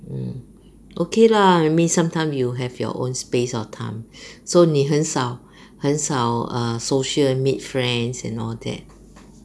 mm okay lah I mean sometimes you have your own space or time so 你很少很少 err social meet friends and all that